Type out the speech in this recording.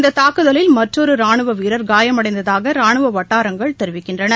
இந்த தாக்குதலில் மற்றொரு ராணுவ வீரர் காயமடைந்ததாக ராணுவ வட்டாரங்கள் தெரிவிக்கின்றன